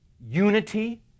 unity